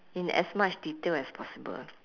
in as much detail as possible